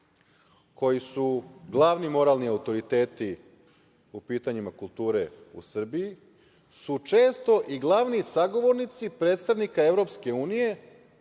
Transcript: koji su glavni moralni autoriteti po pitanju kulture u Srbiji, su često i glavni sagovornici predstavnika EU kojoj